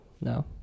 no